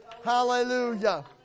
Hallelujah